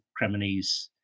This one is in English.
Cremonese